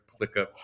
ClickUp